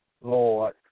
Lord